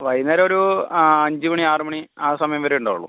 വൈകുന്നേരം ഒരു അഞ്ച് മണി ആറു മണി ആ സമയം വരയേ ഉണ്ടാവുള്ളൂ